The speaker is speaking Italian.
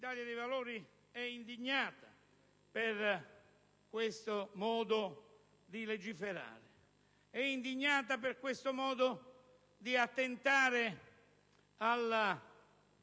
L'Italia dei Valori è indignata per questo modo di legiferare, è indignata per questo modo di attentare